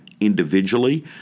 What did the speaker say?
individually